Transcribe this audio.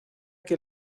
que